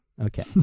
okay